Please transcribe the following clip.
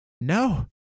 No